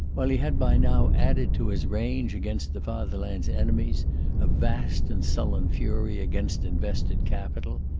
while he had by now added to his rage against the fatherland's enemies a vast and sullen fury against invested capital,